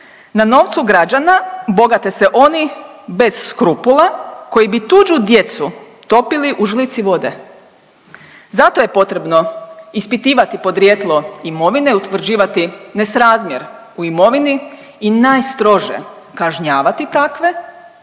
Na novcu građana bogate se oni bez skrupula koji bi tuđu djecu topili u žlici vode. Zato je potrebno ispitivati podrijetlo imovine, utvrđivati nesrazmjer u imovini i najstrože kažnjavati takve,